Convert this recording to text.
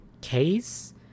case